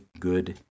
Good